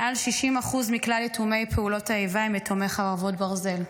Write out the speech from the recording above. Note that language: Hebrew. מעל 60% מכלל יתומי פעולות האיבה הם יתומי חרבות ברזל.